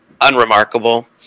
unremarkable